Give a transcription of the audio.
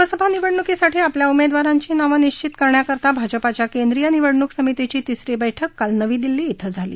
लोकसभा निवडणुकीसाठी आपल्या उमेदवारांची नावं निश्चित करण्याकरता भाजपाच्या केंद्रीय निवडणूक समितीची तिसरी बैठक काल नवी दिल्ली श्वें झाली